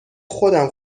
خودم